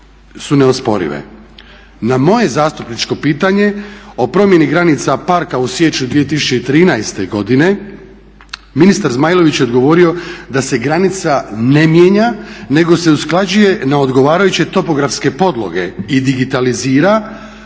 Na moje zastupničko čitanje o promjeni granica parka u siječnju 2013. godine ministar Zmailović je odgovorio da se granica ne mijenja, nego se usklađuje na odgovarajuće topografske podloge i digitalizira.